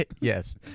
Yes